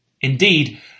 Indeed